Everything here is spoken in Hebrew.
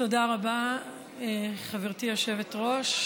תודה רבה, חברתי היושבת-ראש.